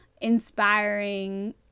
inspiring